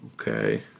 Okay